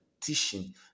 teaching